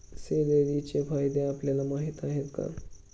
सेलेरीचे फायदे आपल्याला माहीत आहेत का?